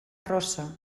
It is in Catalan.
rossa